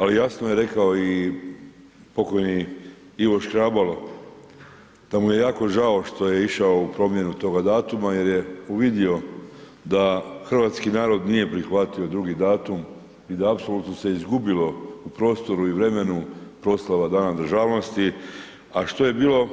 Ali jasno je rekao i pokojni Ivo Škrabalo da mu je jako žao što je išao u promjenu toga datuma jer je uvidio da hrvatski narod nije prihvatio drugi datum i da apsolutno se izgubilo u prostoru i vremenu proslava Dana državnosti a što je bilo